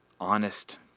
honest